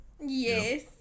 Yes